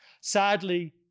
Sadly